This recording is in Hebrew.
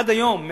עד היום,